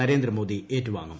നരേന്ദ്രമോദി ഏറ്റുവാങ്ങും